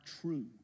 true